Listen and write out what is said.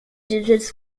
digits